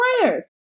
prayers